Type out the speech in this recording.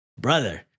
brother